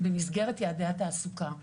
במסגרת יעדי התעסוקה.